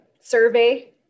survey